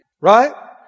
Right